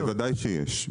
בוודאי שיש.